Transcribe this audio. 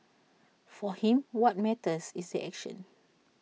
for him what matters is the action